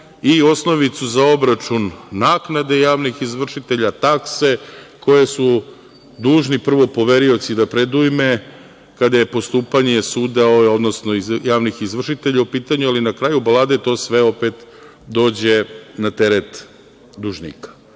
i osnovicu za obračun naknade javnih izvršitelja, takse koje su dužni prvo poverioci da predujme kada je postupanje suda, odnosno javnih izvršitelja u pitanju, ali na kraju balade to sve opet dođe na teret dužnika.